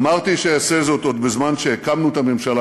אמרתי שאעשה זאת עוד בזמן שהקמנו את הממשלה,